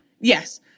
Yes